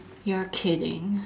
you are kidding